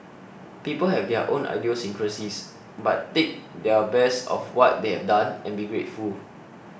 people have their own idiosyncrasies but take their best of what they have done and be grateful